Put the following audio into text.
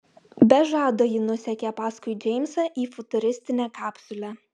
be žado ji nusekė paskui džeimsą į futuristinę kapsulę